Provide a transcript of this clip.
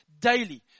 daily